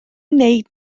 wneud